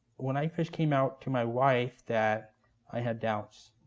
when i first came out to my wife that i had doubts,